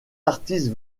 artistes